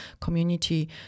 community